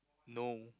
no